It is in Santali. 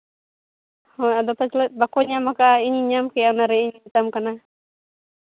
ᱦᱳᱭ ᱟᱫᱚ ᱯᱟᱪᱮᱜ ᱵᱟᱠᱚ ᱧᱟᱢ ᱟᱠᱟᱫ ᱤᱧ ᱧᱟᱢ ᱠᱮᱜᱼᱟ ᱚᱱᱟᱨᱮ ᱤᱧ ᱢᱮᱛᱟᱢ ᱠᱟᱱᱟ